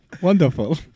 Wonderful